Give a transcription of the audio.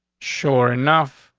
sure enough,